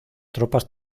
tropas